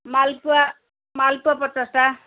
ମାଲପୁଆ ମାଲପୁଆ ପଚାଶଟା